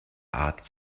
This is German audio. art